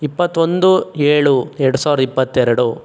ಇಪ್ಪತ್ತೊಂದು ಏಳು ಎರಡು ಸಾವಿರದ ಇಪ್ಪತ್ತೆರಡು